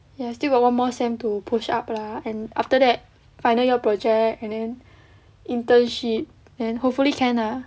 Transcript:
ya still got one more sem to push up lah and after that final year project and then internship then hopefully can lah